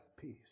peace